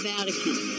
Vatican